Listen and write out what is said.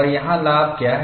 और यहाँ लाभ क्या है